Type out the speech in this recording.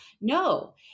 No